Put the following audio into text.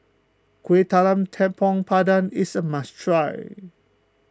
Kueh Talam Tepong Pandan is a must try